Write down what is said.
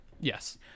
Yes